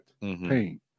pain